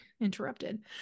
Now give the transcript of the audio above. interrupted